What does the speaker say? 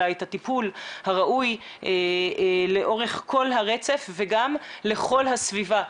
אלא את הטיפול הראוי לאורך כל הרצף וגם לכל הסביבה.